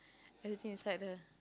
everything inside the